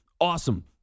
Awesome